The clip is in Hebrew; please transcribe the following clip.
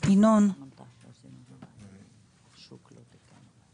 שאנחנו מבינים שהם בסכום עתק.